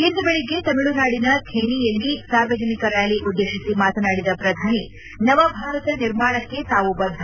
ಇಂದು ಬೆಳಗ್ಗೆ ತಮಿಳುನಾಡಿನ ಥೇನಿಯಲ್ಲಿ ಸಾರ್ವಜನಿಕ ರ್ನಾಲಿ ಉದ್ದೇಶಿಸಿ ಮಾತನಾಡಿದ ಪ್ರಧಾನಿ ನವಭಾರತ ನಿರ್ಮಾಣಕ್ಕೆ ತಾವು ಬದ್ದ